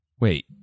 Wait